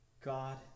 God